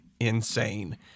insane